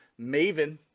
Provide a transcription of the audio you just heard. Maven